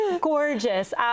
Gorgeous